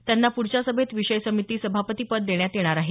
त्यांना पुढच्या सभेत विषय समिती सभापती पद देण्यात येणार आहे